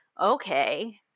Okay